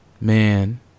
man